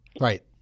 Right